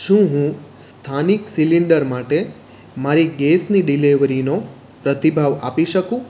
શું હું સ્થાનિક સિલિન્ડર માટે મારી ગેસની ડિલિવરીનું પ્રતિભાવ આપી શકું